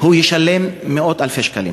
מאות-אלפי שקלים.